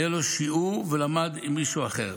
היה לו שיעור והוא למד עם מישהו אחר.